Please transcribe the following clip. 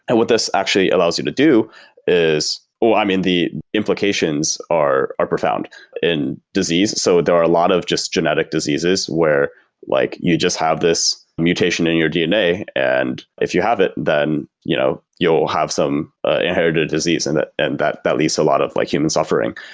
and what this actually allows you to do is, oh, i mean, the implications are are profound in disease. so there are a lot of just genetic diseases, where like you just have this mutation in your dna. and if you have it, then you know you'll have some inherited disease and at and least a lot of like human suffering.